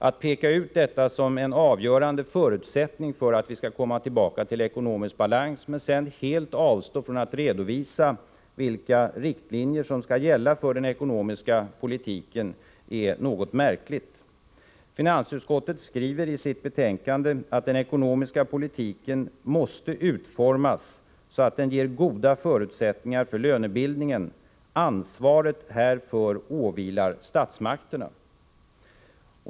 Att peka ut detta som en avgörande förutsättning för att vi skall komma tillbaka till ekonomisk balans men sedan helt avstå från att redovisa vilka riktlinjer som skall gälla för denna del av den ekonomiska politiken är något märkligt. Finansutskottet skriver i sitt betänkande att den ekonomiska politiken måste utformas så att den ger goda förutsättningar för lönebildningen. Ansvaret härför åvilar statsmakterna.